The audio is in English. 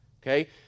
okay